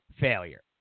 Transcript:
Failure